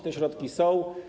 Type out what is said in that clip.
Te środki są.